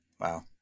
Wow